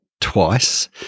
twice